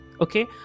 okay